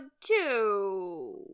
two